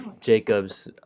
Jacob's